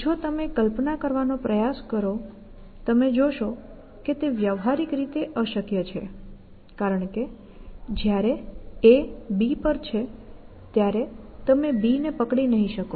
જો તમે કલ્પના કરવાનો પ્રયાસ કરો તમે જોશો કે તે વ્યવહારીક રીતે અશક્ય છે કારણ કે જ્યારે A એ B પર છે ત્યારે તમે B ને પકડી નહીં શકો